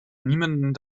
niemanden